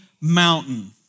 mountain